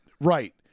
right